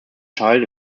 child